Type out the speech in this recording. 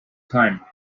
time